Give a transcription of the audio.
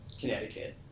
Connecticut